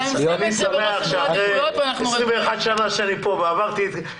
אני כאן כבר 21 שנים ועברתי את זה.